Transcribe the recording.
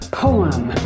poem